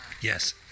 Yes